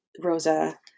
Rosa